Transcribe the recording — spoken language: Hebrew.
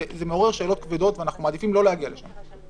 זה מעורר שאלות כבדות ואנחנו מעדיפים שלא להגיע לשם.